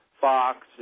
Fox